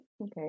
Okay